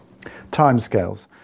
Timescales